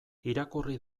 irakurri